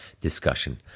discussion